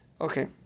okay